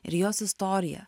ir jos istorija